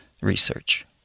research